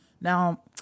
now